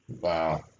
Wow